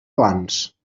abans